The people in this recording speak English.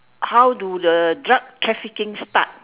how do the drug trafficking start